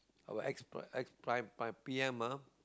our ex pr~ ex prime p_m ah